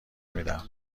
میدم